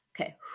okay